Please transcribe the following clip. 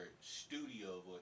studio